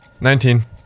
Nineteen